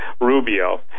Rubio